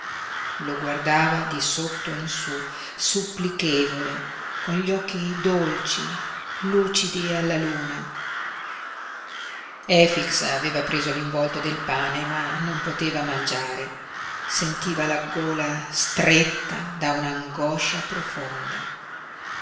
lo guardava di sotto in su supplichevole con gli occhi dolci lucidi alla luna efix aveva preso l'involto del pane ma non poteva mangiare sentiva la gola stretta da un'angoscia profonda